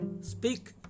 speak